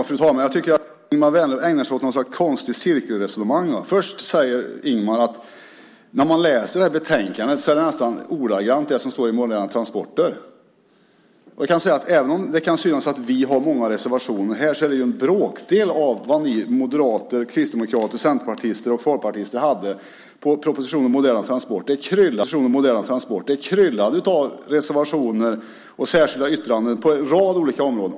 Fru talman! Jag tycker att Ingemar Vänerlöv ägnar sig åt något slags konstigt cirkelresonemang. Först säger Ingemar att det här betänkandet nästan ordagrant är det som står i Moderna transporter . Även om det kan synas som att vi har många reservationer här är det ju en bråkdel av vad ni moderater, kristdemokrater, centerpartister och folkpartister hade i fråga om propositionen Moderna transporter . Det kryllade av reservationer och särskilda yttranden på en rad olika områden.